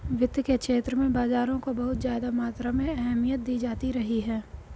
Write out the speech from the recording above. वित्त के क्षेत्र में बाजारों को बहुत ज्यादा मात्रा में अहमियत दी जाती रही है